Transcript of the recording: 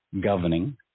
governing